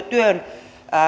työn